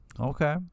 Okay